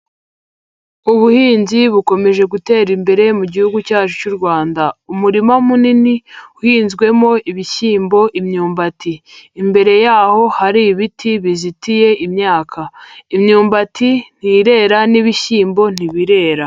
Ubuhinzi bukomeje gutera imbere mu gihugu cyacu cy'u Rwanda. Umurima munini uhinzwemo ibishyimbo, imyumbati. Imbere yaho hari ibiti bizitiye imyaka, imyumbati ntirera n'ibishyimbo ntibirera.